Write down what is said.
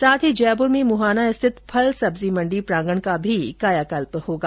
साथ ही जयपुर में मुहाना स्थित फल सब्जी मंडी प्रांगण का भी कायाकल्प होगा